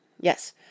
Yes